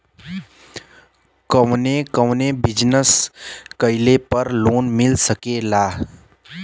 कवने कवने बिजनेस कइले पर लोन मिल सकेला?